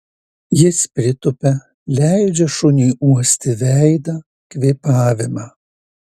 jis pritupia leidžia šuniui uosti veidą kvėpavimą